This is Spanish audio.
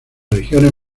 regiones